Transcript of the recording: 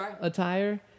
attire